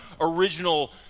original